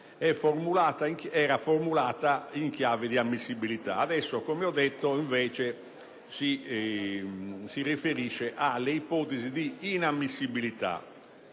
era formulata in chiave di ammissibilità, mentre ora, come ho detto, ci si riferisce invece alle ipotesi di inammissibilità.